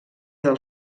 del